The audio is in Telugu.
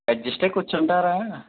అడ్జస్ట్ అయ్యి కూర్చుంటారా